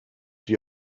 die